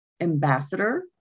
Ambassador